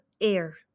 air